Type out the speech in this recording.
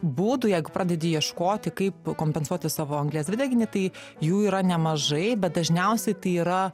būdų jeigu pradedi ieškoti kaip kompensuoti savo anglies dvideginį tai jų yra nemažai bet dažniausiai tai yra